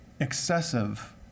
excessive